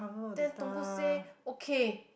then Tunggu say okay